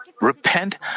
repent